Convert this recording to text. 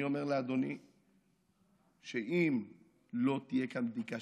אני אומר לאדוני שאם לא תהיה כאן בדיקה,